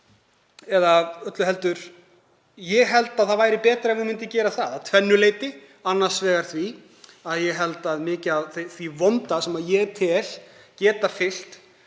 eða öllu heldur tel ég að það væri betra ef hún myndi gera það, að tvennu leyti: Annars vegar því að ég held að mikið af því vonda sem ég tel geta fylgt